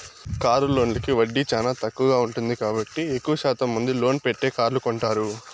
car లోన్లకు వడ్డీ చానా తక్కువగా ఉంటుంది కాబట్టి ఎక్కువ శాతం మంది లోన్ పెట్టే కార్లు కొంటారు